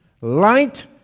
light